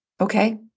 Okay